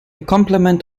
complement